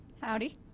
Howdy